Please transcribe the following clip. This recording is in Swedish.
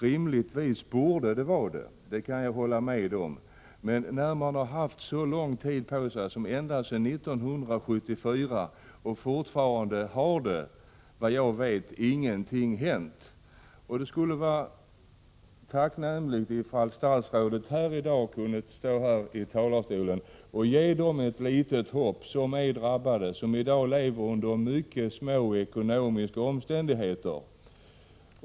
Rimligtvis borde den vara det, det kan jag hålla med om, men när man har haft så lång tid på sig som ända sedan 1974 och fortfarande ingenting har hänt såvitt jag vet, skulle det vara tacknämligt ifall statsrådet här i dag kunde stå upp i talarstolen och ge dem ett litet hopp som är drabbade och lever under mycket små ekonomiska omständigheter.